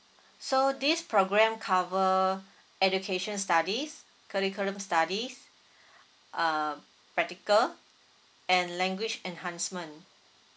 so this programme cover education studies curriculum studies um practical and language enhancement